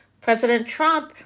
president trump,